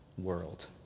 world